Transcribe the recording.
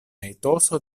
etoso